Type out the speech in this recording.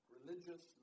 religious